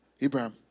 Abraham